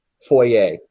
foyer